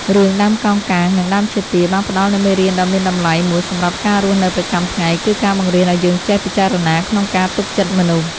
រឿង "ដើមកោងកាងនិងដើមឈើទាល" បានផ្តល់នូវមេរៀនដ៏មានតម្លៃមួយសម្រាប់ការរស់នៅប្រចាំថ្ងៃ គឺការបង្រៀនឲ្យយើងចេះពិចារណាក្នុងការទុកចិត្តមនុស្ស។